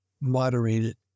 moderated